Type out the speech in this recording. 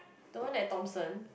the one at Thomson